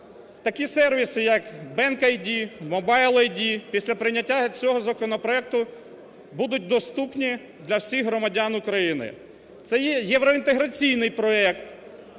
Такі сервіси, як BankID, MobileID, після прийняття цього законопроекту будуть доступні для всіх громадян України. Це є євроінтеграційний проект.